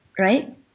right